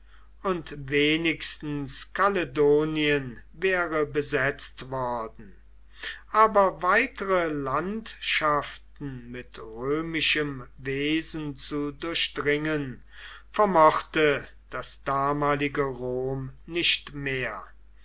und wenigstens kaledonien wäre besetzt worden aber weitere landschaften mit römischem wesen zu durchdringen vermochte das damalige rom nicht mehr